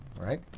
right